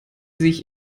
sich